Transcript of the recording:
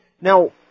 Now